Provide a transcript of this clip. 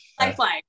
lifeline